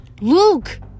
Luke